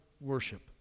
worship